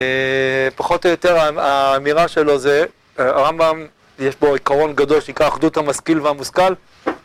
פחות או יותר האמירה שלו זה, הרמב״ם יש בו עיקרון גדול שנקרא אחדות המשכיל והמושכל